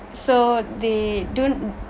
so they don't